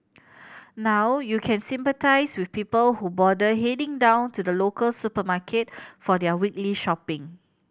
now you can sympathise with people who bother heading down to the local supermarket for their weekly shopping